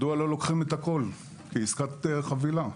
מדוע לא לוקחים את הכול כעסקת חבילה?